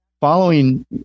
following